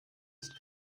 ist